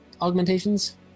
augmentations